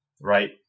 Right